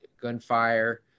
gunfire